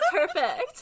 perfect